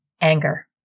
anger